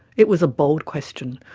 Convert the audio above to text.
it was a bold question,